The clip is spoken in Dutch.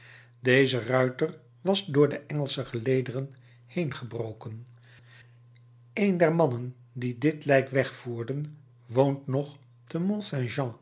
deze ruiter was door de engelsche gelederen heen gebroken een der mannen die dit lijk wegvoerden woont nog